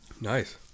Nice